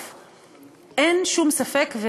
כן, כן, ברור.